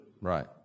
Right